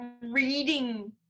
reading